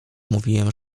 mówiłem